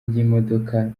ry’imodoka